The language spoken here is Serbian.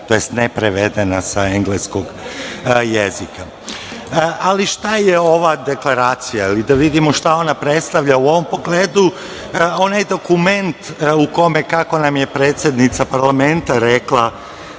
tj. neprevedena sa engleskog jezika. Šta je ova deklaracija i šta ona predstavlja u ovom pogledu? Ona je dokument u kome je, kako nam je predsednica parlamenta rekla,